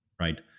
Right